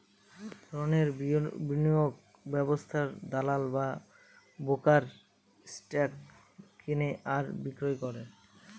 রণের বিনিয়োগ ব্যবস্থায় দালাল বা ব্রোকার স্টক কেনে আর বিক্রি করে